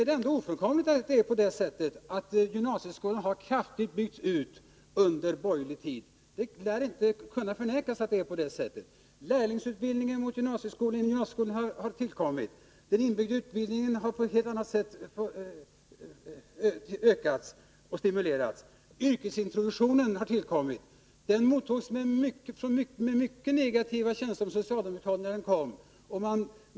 Det är ofrånkomligt att gymnasieskolan kraftigt har byggts ut under borgerlig tid. Det lär inte kunna förnekas. Lärlingsutbildningen i gymnasieskolan har tillkommit. Den inbyggda utbildningen har på ett helt annat sätt ökat och stimulerats. Yrkesintroduktionen har tillkommit. När den kom mottogs den med mycket negativa känslor från socialdemokraterna.